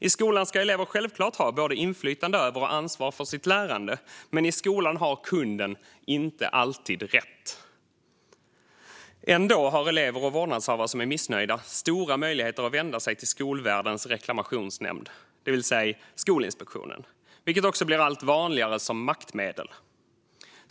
I skolan ska elever självklart ha både inflytande över och ansvar för sitt lärande. Men i skolan har kunden inte alltid rätt. Ändå har elever och vårdnadshavare som är missnöjda stora möjligheter att vända sig till skolvärldens reklamationsnämnd, det vill säga Skolinspektionen, vilket också blir allt vanligare som maktmedel.